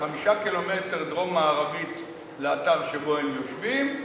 שזה 5 ק"מ דרומית-מערבית לאתר שבו הם יושבים,